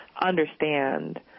understand